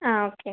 ആ ഓക്കെ